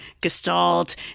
gestalt